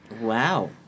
Wow